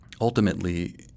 ultimately